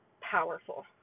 Powerful